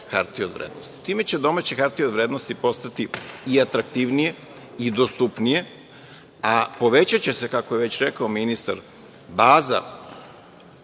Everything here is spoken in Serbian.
hartije od vrednosti. Time će domaće hartije od vrednosti postati i atraktivnije i dostupnije, a povećaće će se, kako je već rekao ministar, baza,